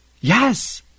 yes